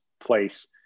place